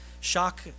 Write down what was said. shock